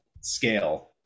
scale